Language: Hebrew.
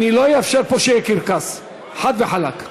אני לא אאפשר פה שיהיה קרקס, חד וחלק.